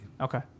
Okay